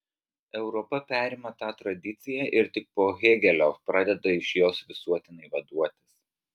europa perima tą tradiciją ir tik po hėgelio pradeda iš jos visuotinai vaduotis